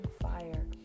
fire